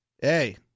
hey